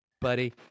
buddy